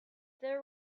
there